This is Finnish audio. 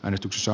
äänestyksessä